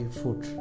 food